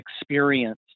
experience